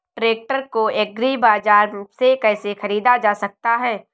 Tractor को agri बाजार से कैसे ख़रीदा जा सकता हैं?